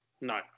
No